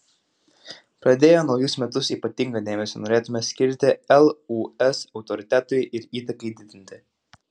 pradėję naujus metus ypatingą dėmesį norėtumėme skirti lūs autoritetui ir įtakai didinti